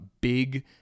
big